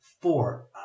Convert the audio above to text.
four